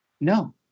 No